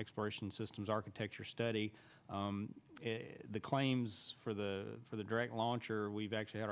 exploration systems architecture study the claims for the for the direct launcher we've actually had